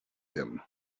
him